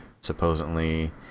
supposedly